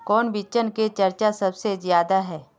कौन बिचन के चर्चा सबसे ज्यादा है?